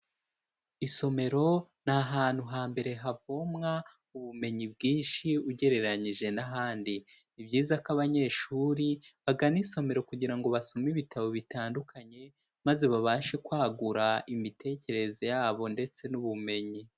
Isomero ni ahantu hambere havomwa ubumenyi bwinshi ugereranyije n'ahandi, ni byiza ko abanyeshuri bagana isomero kugira ngo basome ibitabo bitandukanye maze babashe kwagura imitekerereze yabo ndetse n'ubumenyi.